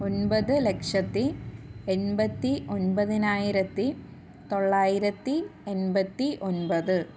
ഒൻപത് ലക്ഷത്തി എൺപത്തി ഒൻപതിനായിരത്തി തൊള്ളായിരത്തി എൺപത്തി ഒൻപത്